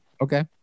Okay